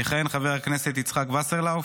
יכהן חבר הכנסת יצחק וסרלאוף,